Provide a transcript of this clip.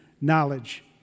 knowledge